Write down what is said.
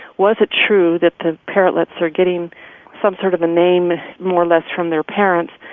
was it true that the parrotlets are getting some sort of a name, more or less, from their parents,